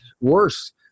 worse